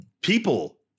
people